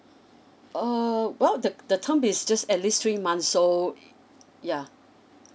uh well the the term is just at least three months so yeah